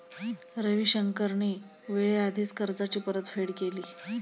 रविशंकरने वेळेआधीच कर्जाची परतफेड केली